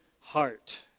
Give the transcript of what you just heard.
heart